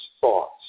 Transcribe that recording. thoughts